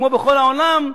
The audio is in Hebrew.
כמו בכל העולם,